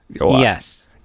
yes